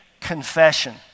confession